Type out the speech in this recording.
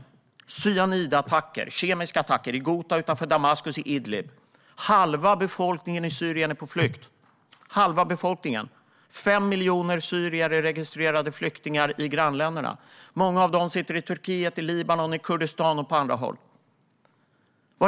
Efter cyanidattacker och kemiska attacker i Ghouta utanför Damaskus och i Idlib är halva befolkningen i Syrien på flykt. 5 miljoner syrier är registrerade flyktingar i grannländerna. Många av dem sitter i Turkiet, i Libanon, i Kurdistan och på andra håll.